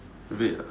red ah